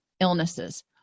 illnesses